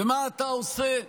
ומה אתה עושה?